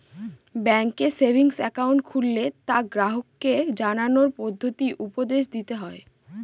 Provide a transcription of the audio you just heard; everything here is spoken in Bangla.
ব্যাঙ্কে সেভিংস একাউন্ট খুললে তা গ্রাহককে জানানোর পদ্ধতি উপদেশ দিতে হয়